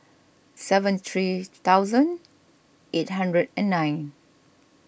seven three thousand eight hundred and nine